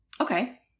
Okay